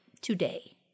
today